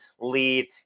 lead